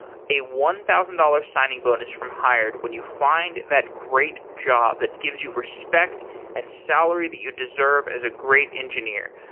a one thousand dollars signing bonus from hired when you find that great job that gives you respect and salary that you deserve as a great engineer.